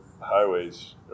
highways